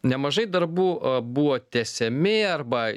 nemažai darbų buvo tęsiami arba